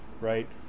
right